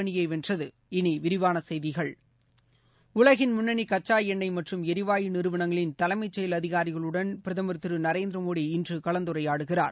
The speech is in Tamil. அணியை வென்றது இனி விரிவான செய்திகள் உலகின் முன்னணி கச்சா எண்ணொய் மற்றும் எரிவாயு நிறுவனங்களின் தலைமைச் செயல் அதிகாரிகளுடன் பிரதமர் திரு நரேந்திர மோடி இன்று கலந்துரையாடுகிறார்